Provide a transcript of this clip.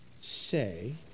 say